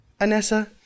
Anessa